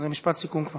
משפט סיכום.